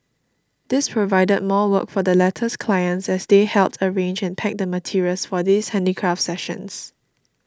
this provided more work for the latter's clients as they helped arrange and pack the materials for these handicraft sessions